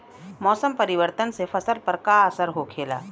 मौसम परिवर्तन से फसल पर का असर होखेला?